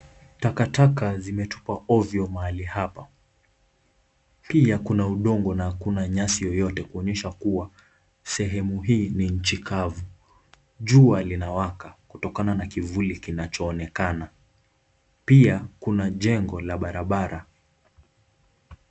Takataka zimetupwa ovyo mahali hapa pia kuna udongo na kuna nyasi yoyote kuonyesha kuwa sehemu hii ni nchi kavu, jua linawaka kutokana na kivuli kinachoonekana, pia kuna jengo la barabara.